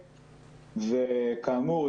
וכאמור,